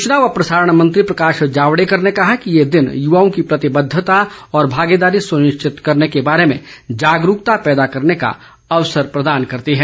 सूचना व प्रसारण मंत्री प्रकाश जावड़ेकर ने कहा कि यह दिन युवाओं की प्रतिबद्धता और भागीदारी सुनिश्चित करने के बारे में जागरूकता पैदा करने का अवसर प्रदान करता है